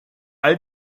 all